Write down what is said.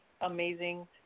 amazing